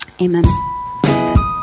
Amen